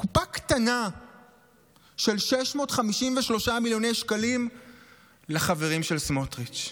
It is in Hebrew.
קופה קטנה של 653 מיליוני שקלים לחברים של סמוטריץ'.